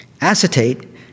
Acetate